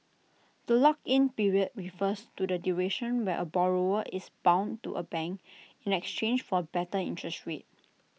the lock in period refers to the duration where A borrower is bound to A bank in exchange for better interest rates